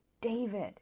David